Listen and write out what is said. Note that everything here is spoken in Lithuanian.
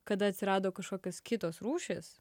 kada atsirado kažkokios kitos rūšys